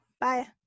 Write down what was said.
Bye